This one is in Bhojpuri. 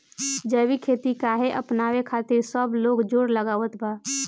जैविक खेती काहे अपनावे खातिर सब लोग जोड़ लगावत बा?